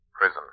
Prison